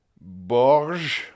Borges